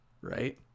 Right